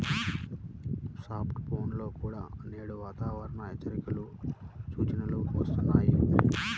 smart ఫోన్లలో కూడా నేడు వాతావరణ హెచ్చరికల సూచనలు వస్తున్నాయి